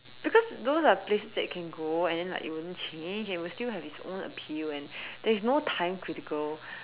because those are the places that you can go and then like it wouldn't change and it would still have it's own appeal and there is no time critical